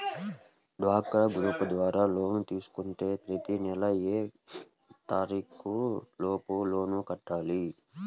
డ్వాక్రా గ్రూప్ ద్వారా లోన్ తీసుకుంటే ప్రతి నెల ఏ తారీకు లోపు లోన్ కట్టాలి?